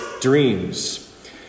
dreams